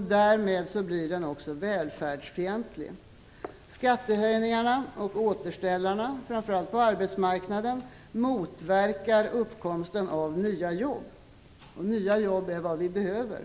Därmed blir den också välfärdsfientlig. Skattehöjningarna och återställarna, framför allt på arbetsmarknaden, motverkar uppkomsten av nya jobb - men nya jobb är vad vi behöver.